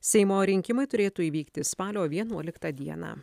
seimo rinkimai turėtų įvykti spalio vienuoliktą dieną